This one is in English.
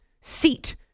seat